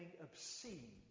obscene